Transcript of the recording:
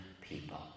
People